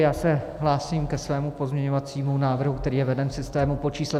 Já se hlásím ke svému pozměňovacímu návrhu, který je veden v systému pod číslem 6912.